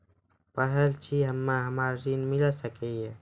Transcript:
पढल छी हम्मे हमरा ऋण मिल सकई?